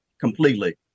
completely